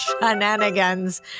shenanigans